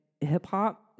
hip-hop